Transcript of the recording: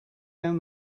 down